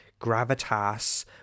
gravitas